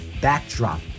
backdrop